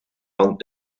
van